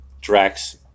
Drax